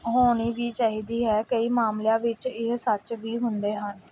ਹੋਣੀ ਵੀ ਚਾਹੀਦੀ ਹੈ ਕਈ ਮਾਮਲਿਆਂ ਵਿੱਚ ਇਹ ਸੱਚ ਵੀ ਹੁੰਦੇ ਹਨ